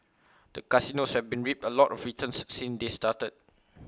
the casinos have reaped A lot of returns since they started